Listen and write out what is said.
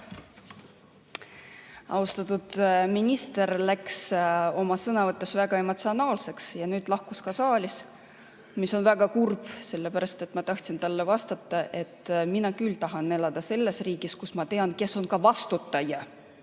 Austatud minister läks oma sõnavõtus väga emotsionaalseks ja nüüd lahkus ka saalist, mis on väga kurb, sest ma tahtsin talle vastata, et mina küll tahan elada selles riigis, kus ma tean, kes on vastutaja,